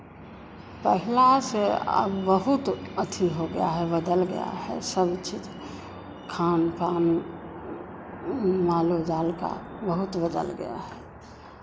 पहला से अब बहुत अथि हो गया है बदल गया है सब चीज़ खान पान मालो जाल का बहुत बदल गया है